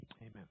Amen